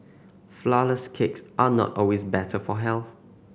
flourless cakes are not always better for health